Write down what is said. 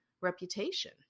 reputation